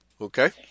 Okay